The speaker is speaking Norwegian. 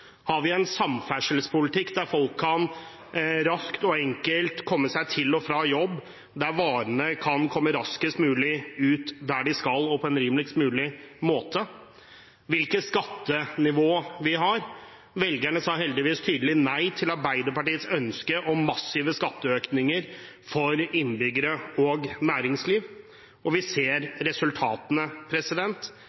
vi har en samferdselspolitikk der folk kan raskt og enkelt komme seg til og fra jobb, der varene kan komme raskest mulig ut der de skal, og på en rimeligst mulig måte, hvilket skattenivå vi har. Velgerne sa heldigvis tydelig nei til Arbeiderpartiets ønske om massive skatteøkninger for innbyggere og næringsliv. Vi ser